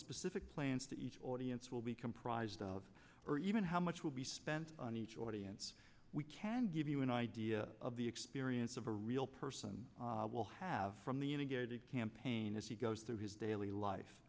specific plans to each audience will be comprised of or even how much will be spent on each audience we can give you an idea of the experience of a real person will have from the in a gated campaign as he goes through his daily life